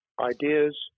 Ideas